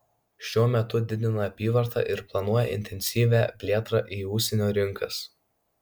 šiuo metu didina apyvartą ir planuoja intensyvią plėtrą į užsienio rinkas